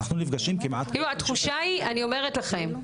אנחנו נפגשים כמעט -- התחושה היא, אני אומרת לכם,